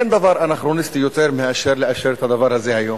אין דבר אנכרוניסטי יותר מאשר לאשר את הדבר הזה היום.